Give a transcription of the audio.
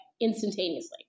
instantaneously